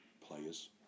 players